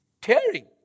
tearing